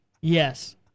Yes